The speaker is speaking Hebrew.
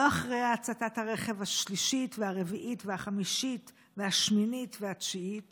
לא אחרי הצתת הרכב השלישית והרביעית והחמישית והשמינית והתשיעית